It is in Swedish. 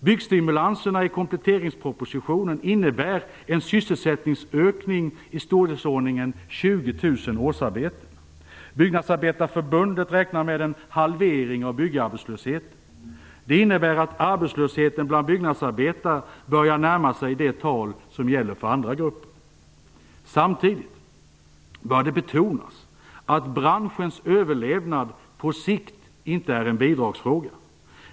Byggstimulanserna i kompletteringspropositionen innebär en sysselsättningsökning i storleksordningen 20 000 årsarbeten. Byggnadsarbetareförbundet räknar med en halvering av byggarbetslösheten. Det innebär att arbetslösheten bland byggnadsarbetare börjar närma sig de tal som gäller för andra grupper. Samtidigt bör det betonas att branschens överlevnad på sikt inte är en bidragsfråga.